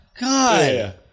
God